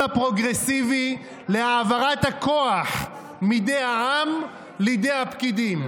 הפרוגרסיבי להעברת הכוח מידי העם לידי הפקידים.